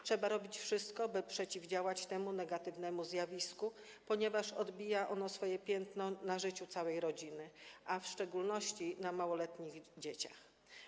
Trzeba robić wszystko, by przeciwdziałać temu negatywnemu zjawisku, ponieważ odciska ono swoje piętno na życiu całej rodziny, a w szczególności na małoletnich dzieci.